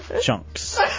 Chunks